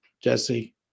Jesse